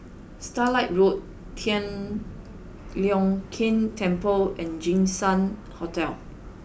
Starlight Road Tian Leong Keng Temple and Jinshan Hotel